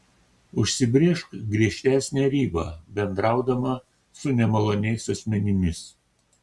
užsibrėžk griežtesnę ribą bendraudama su nemaloniais asmenimis